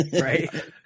Right